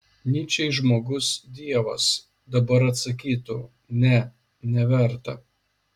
nyčei žmogus dievas dabar atsakytų ne neverta